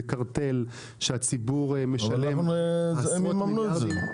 זה קרטל שהציבור משלם עשרות מיליארדים.